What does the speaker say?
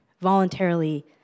Voluntarily